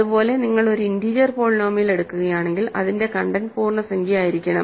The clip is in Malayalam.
അതുപോലെ നിങ്ങൾ ഒരു ഇന്റീജർ പോളിനോമിയൽ എടുക്കുകയാണെങ്കിൽ അതിന്റെ കണ്ടെന്റ് പൂർണ്ണസംഖ്യയായിരിക്കണം